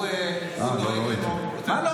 הוא מדבר על המועמדים בטבריה.